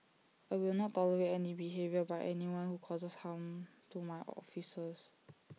I will not tolerate any behaviour by anyone who causes harm to my officers